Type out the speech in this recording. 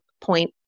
point